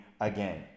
again